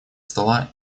стола